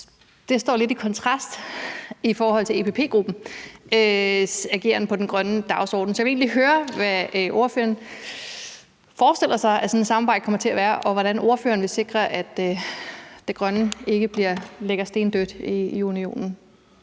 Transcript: Det står lidt i kontrast til EPP-gruppens ageren på den grønne dagsorden. Så jeg vil egentlig høre, hvordan ordføreren forestiller sig sådan et samarbejde kommer til at være, og hvordan ordføreren vil sikre, at det grønne ikke ligger stendødt i unionen